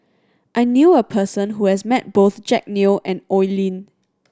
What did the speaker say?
I knew a person who has met both Jack Neo and Oi Lin